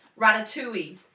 Ratatouille